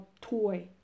toy